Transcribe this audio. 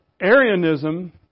Arianism